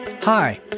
Hi